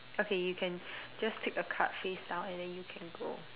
okay you can just pick a card face down and then you can go